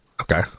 Okay